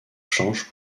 change